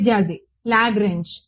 విద్యార్థి లాగ్రాంజ్